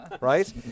right